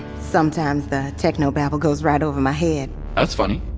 sometimes the techno-babble goes right over my head that's funny,